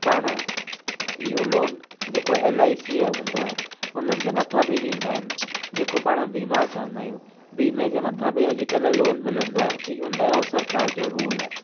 पाण इहो लोन जेको एल आई सी ऐप हूंदो आहे हुननि जे मथां बि ॾींदा आहिनि जेको पाण बीमा चवंदा आहियूं बीमे जे मथां बि अॼुकल्ह लोन मिलंदो आहे कि इहो नयो सरकार जो रूल आहे